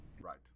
Right